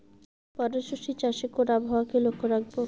মটরশুটি চাষে কোন আবহাওয়াকে লক্ষ্য রাখবো?